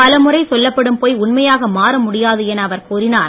பலமுறை சொல்லப்படும் பொய் உண்மையாக மாற முடியாது என அவர் கூறினார்